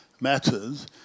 matters